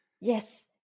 Yes